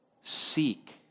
seek